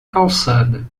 calçada